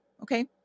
okay